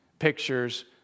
pictures